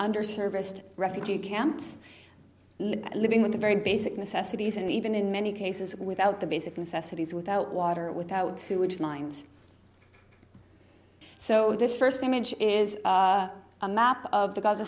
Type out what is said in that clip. under serviced refugee camps living with the very basic necessities and even in many cases without the basic necessities without water without sewage lines so this first image is a map of the gaza